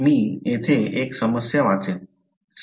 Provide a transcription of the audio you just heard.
मी येथे एक समस्या वाचेन